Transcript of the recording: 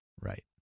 Right